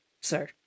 sir